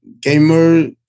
gamer